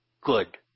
good